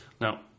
now